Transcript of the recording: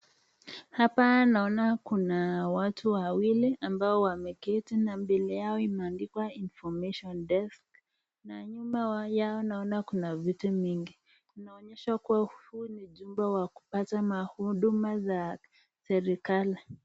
Hapa naona kuna watu wawili ambao wameketi na mbele yao imeandikwa information desk na nyuma yao naona kuna viti mingi. Inaonyesha kuwa huu ni jumba wa kupata mahuduma za serikali.